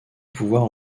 pouvoir